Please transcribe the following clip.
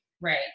right